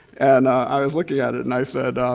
and i was looking at it and i said